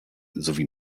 sowie